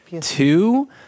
two